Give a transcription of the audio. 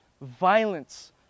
violence